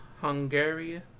Hungary